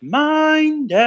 mind